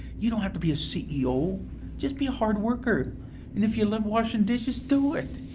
you don't have to be a ceo just be a hard worker, and if you love washing dishes, do it.